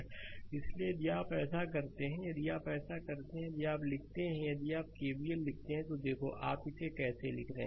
slide समय देखें 0832 इसलिए यदि आप ऐसा करते हैं यदि आप ऐसा करते हैं यदि आप लिखते हैं यदि आप केवीएल लिखते हैं तो देखो आप इसे कैसे लिख रहे हैं